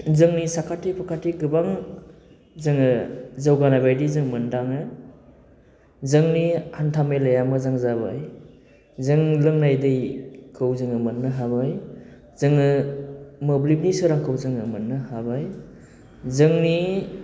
जोंनि साखाथि फाखाथि गोबां जोङो जौगानाय बादि जों मोन्दाङो जोंनि हान्था मेलाया मोजां जाबाय जों लोंनाय दैखौ जोङो मोननो हाबाय जोङो मोब्लिबनि सोरांखौ जोङो मोननो हाबाय जोंनि